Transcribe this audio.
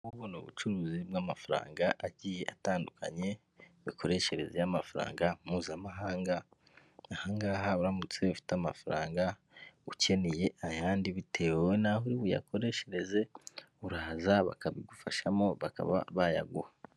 Ubu ngubwo ni ubucuruzi bw'amafaranga agiye atandukanye, imikoreshereze y'amafaranga mpuzamahanga, aha ngaha uramutse ufite amafaranga ukeneye ayandi bitewe n'aho uri buyakoreshereze, urahaza bakabigufashamo bakaba bayaguha.